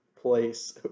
place